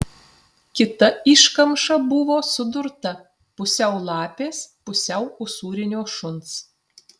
kita iškamša buvo sudurta pusiau lapės pusiau usūrinio šuns